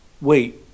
wait